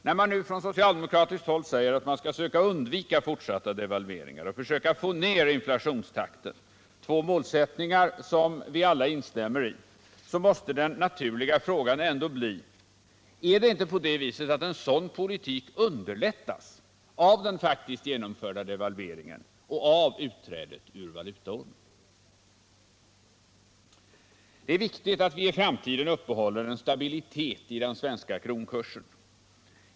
När man från socialdemokratiskt håll säger att man skall söka undvika fortsatta devalveringar och försöka få ned inflationstakten — två målsättningar som vi alla instämmer i — så måste den naturliga frågan bli: Underlättas inte en sådan politik av den faktiskt genomförda devalveringen och av utträdet ur valutaormen? Det är viktigt att vi i framtiden uppehåller en stabilitet i den svenska kronkursen.